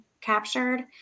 captured